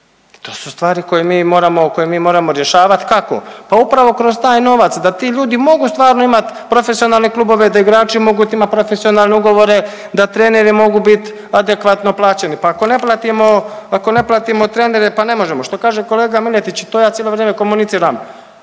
To su stvari koje mi moramo rješavati. Kako? Pa upravo kroz taj novac da ti ljudi mogu stvarno imati profesionalne klubove, da igrači mogu imati profesionalne ugovore, da treneri mogu bit adekvatno plaćeni. Pa ako ne platimo trenere, pa ne možemo. Što kaže kolega Miletić, to ja cijelo vrijeme komuniciram,